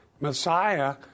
Messiah